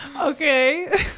Okay